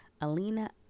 Alina